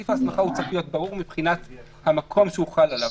סעיף ההסמכה צריך להיות ברור מבחינת המקום שהוא חל עליו.